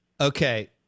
Okay